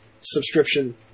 subscription